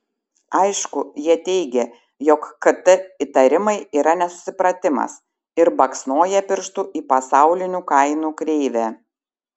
aišku jie teigia jog kt įtarimai yra nesusipratimas ir baksnoja pirštu į pasaulinių kainų kreivę